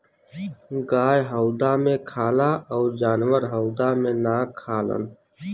गाय हउदा मे खाला अउर जानवर हउदा मे ना खालन